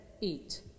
eat